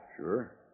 Sure